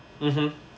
mmhmm